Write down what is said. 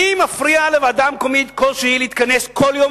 מי מפריע לוועדה המקומית כלשהי להתכנס כל יום,